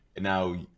now